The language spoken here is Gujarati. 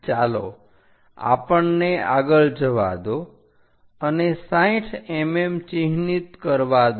ચાલો આપણને આગળ જવા દો અને 60 mm ચિહ્નિત કરવા દો